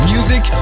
Music